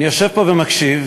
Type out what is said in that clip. אני יושב פה ומקשיב,